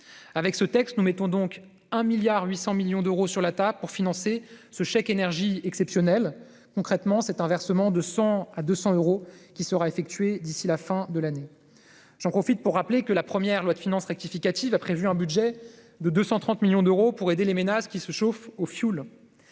Avec ce texte, nous mettons 1,8 milliard d'euros sur la table pour financer le chèque énergie exceptionnel. Concrètement, c'est un versement de 100 euros ou de 200 euros qui sera effectué d'ici la fin de l'année. J'en profite pour rappeler que la première loi de finances rectificative a prévu un budget de 230 millions d'euros pour aider les ménages qui se chauffent au fioul.